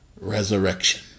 resurrection